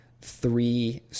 three